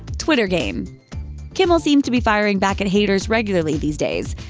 twitter game kimmel seems to be firing back at haters regularly these days.